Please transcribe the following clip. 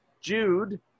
Jude